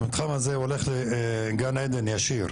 במקרה הזה אי אפשר להוציא צווים לפני האיחוד